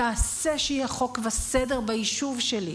תעשה שיהיה חוק וסדר ביישוב שלי.